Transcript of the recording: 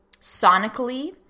sonically